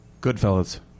Goodfellas